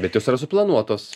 bet jos yra suplanuotos